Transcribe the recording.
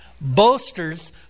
boasters